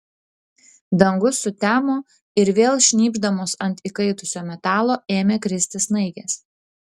dangus sutemo ir vėl šnypšdamos ant įkaitusio metalo ėmė kristi snaigės